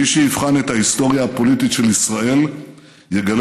מי שיבחן את ההיסטוריה הפוליטית של ישראל יגלה